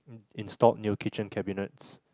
installed new kitchen cabinets